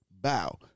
bow